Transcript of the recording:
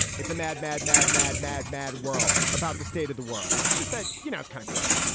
it's a mad mad mad mad mad mad world about the state of the world just that you know it's kind of crazy